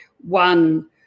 one